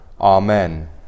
Amen